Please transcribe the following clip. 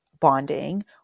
bonding